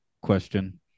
question